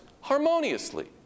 harmoniously